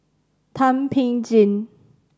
Thum Ping Tjin